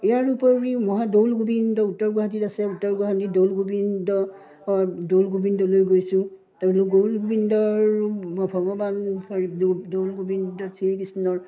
ইয়াৰ উপৰি মই দৌল গোবিন্দ উত্তৰ গুৱাহাটীত আছে উত্তৰ গুৱাহাটীৰ দৌল গোবিন্দ দৌল গোবিন্দলৈ গৈছোঁ দৌল গোবিন্দৰ ভগৱান দৌল গোবিন্দত শ্ৰীকৃষ্ণৰ